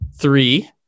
Three